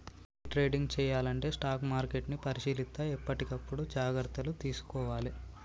day trading చెయ్యాలంటే stock మార్కెట్ని పరిశీలిత్తా ఎప్పటికప్పుడు జాగర్తలు తీసుకోవాలే